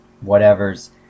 whatever's